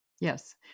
Yes